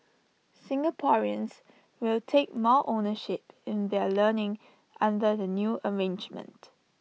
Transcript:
Singaporeans will take more ownership in their learning under the new arrangement